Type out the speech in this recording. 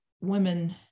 women